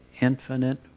infinite